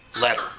letter